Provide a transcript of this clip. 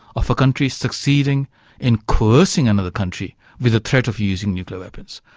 of a country succeeding in coercing another country with the threat of using nuclear weapons.